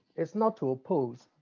it's not to oppose.